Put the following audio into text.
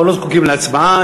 פה לא זקוקים להצבעה.